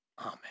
Amen